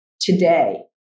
today